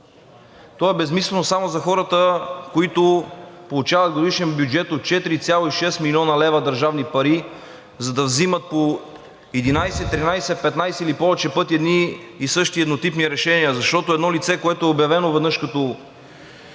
то е безсмислено само за хората, които получават годишен бюджет от 4,6 млн. лв. държавни пари, за да взимат по 11, 13, 15 или повече пъти едни и същи еднотипни решения, защото едно лице, което е обявено веднъж като